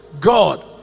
God